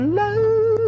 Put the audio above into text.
love